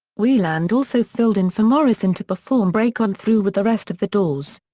weiland also filled in for morrison to perform break on through with the rest of the doors.